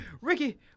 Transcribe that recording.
Ricky